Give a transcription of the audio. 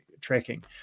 tracking